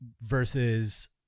versus